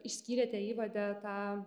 išskyrėte įvade tą